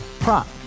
Prop